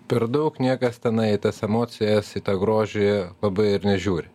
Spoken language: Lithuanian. per daug niekas tenai į tas emocijas į tą grožį labai ir nežiūri